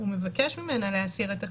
הוא מבקש ממנה להסיר את החיסיון,